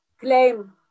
claim